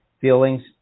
feelings